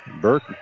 Burke